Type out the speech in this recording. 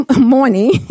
morning